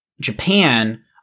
Japan